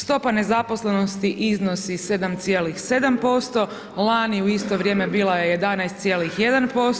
Stopa nezaposlenosti iznosi 7,7%, lani u isto vrijeme bila je 11,1%